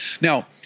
Now